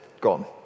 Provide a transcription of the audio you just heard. gone